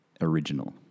original